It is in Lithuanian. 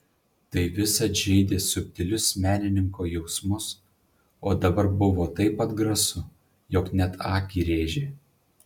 tai visad žeidė subtilius menininko jausmus o dabar buvo taip atgrasu jog net akį rėžė